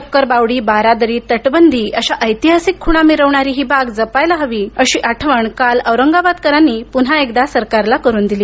शक्कर बावडी बारादरी तटबंदी अशा ऐतिहासिक ख्णा मिरवणारी ही बाग जपायला हवी अशी आठवण काल औरंगाबादकरांनी पून्हा एकदा सरकारला करून दिली